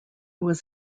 was